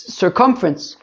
circumference